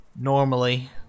Normally